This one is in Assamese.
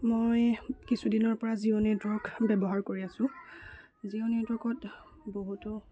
মই কিছুদিনৰ পৰা জিঅ' নেটৱৰ্ক ব্যৱহাৰ কৰি আছোঁ জিঅ' নেটৱৰ্কত বহুতো